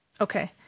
Okay